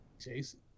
Jason